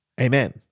Amen